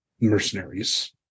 mercenaries